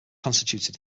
constituted